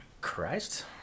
Christ